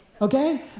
okay